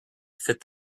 fit